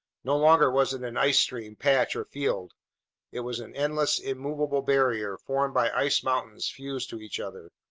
no longer was it an ice stream, patch, or field it was an endless, immovable barrier formed by ice mountains fused to each other.